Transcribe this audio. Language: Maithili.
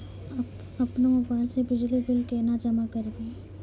अपनो मोबाइल से बिजली बिल केना जमा करभै?